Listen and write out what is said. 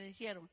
dijeron